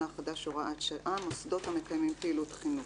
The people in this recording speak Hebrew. החדש (הוראת שעה) (מוסדות המקיימים פעילות חינוך),